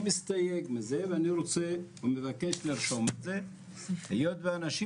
אני מסתייג מזה ואני רוצה ומבקש לרשום את זה היות שהאנשים